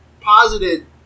posited